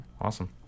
Awesome